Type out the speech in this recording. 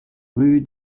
rue